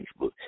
Facebook